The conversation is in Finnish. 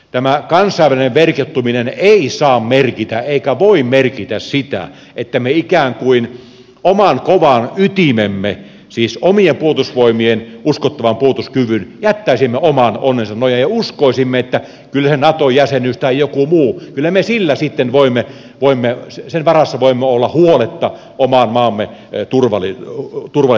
tämä kansainvälinen verkottuminen ei saa merkitä eikä voi merkitä sitä että me ikään kuin oman kovan ytimemme siis omien puolustusvoimien uskottavan puolustuskyvyn jättäisimme oman onnensa nojaan ja uskoisimme että kyllä me sillä nato jäsenyydellä tai jonkin muun asian varassa sitten voimme olla huoletta oman maamme turvallisuudesta